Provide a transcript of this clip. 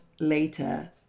later